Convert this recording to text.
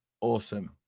awesome